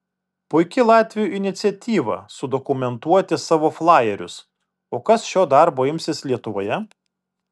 puiki latvių iniciatyva sudokumentuoti savo flajerius o kas šio darbo imsis lietuvoje